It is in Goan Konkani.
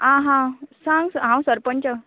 आ हा सांग स् हांव सरपंच